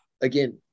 again